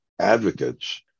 advocates